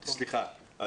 סליחה.